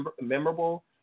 memorable